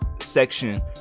section